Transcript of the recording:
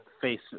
face